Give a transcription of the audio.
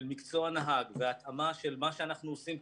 מקצוע הנהג והתאמה של מה שאנחנו עושים,